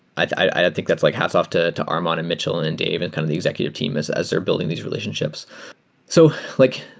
i think that's like hats off to to armon, and mitchell, and and dave, and kind of the executive team as as they're building these re lationsh ips. so like